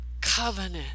covenant